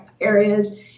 areas